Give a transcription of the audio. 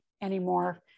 anymore